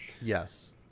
Yes